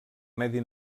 medi